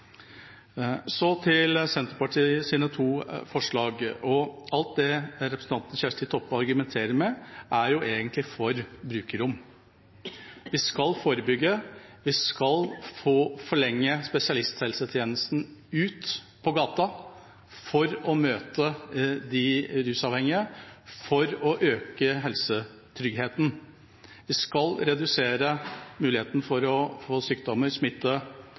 Til Senterpartiets to forslag: Alt det representanten Kjersti Toppe argumenterer med, er egentlig for brukerrom. Vi skal forebygge, vi skal forlenge spesialisthelsetjenesten ut på gata for å møte de rusavhengige og for å øke helsetryggheten. Vi skal redusere muligheten for å få sykdommer og smitte